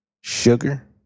sugar